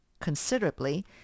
considerably